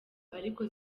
ariko